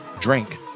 drink